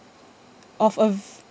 of a